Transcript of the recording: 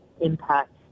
impact